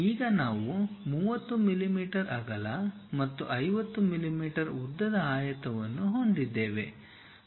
ಈಗ ನಾವು 30 mm ಅಗಲ ಮತ್ತು 50 mm ಉದ್ದದ ಆಯತವನ್ನು ಹೊಂದಿದ್ದೇವೆ